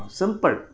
simple